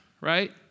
right